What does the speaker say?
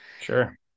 sure